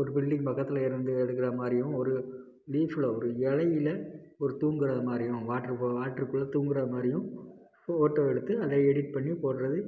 ஒரு பில்டிங் பக்கத்தில் இருந்து எடுக்கிற மாதிரியும் ஒரு லீஃப்பில் ஒரு இலையில ஒரு தூங்குகிறது மாதிரியும் வாட்ரு வாட்டருக்குள்ள தூங்குகிற மாதிரியும் ஃபோட்டோ எடுத்து அதை எடிட் பண்ணி போடுறது